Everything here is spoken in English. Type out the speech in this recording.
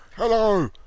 Hello